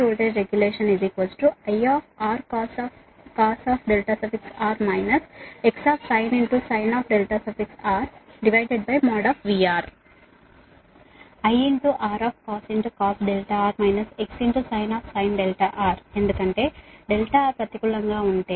voltage regulation శాతం I |VR| I ఎందుకంటే R ప్రతికూలంగా ఉంటే